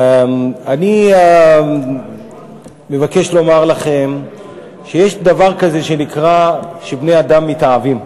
אני מבקש לומר לכם שיש דבר כזה שנקרא: בני אדם מתאהבים.